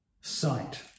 sight